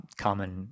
common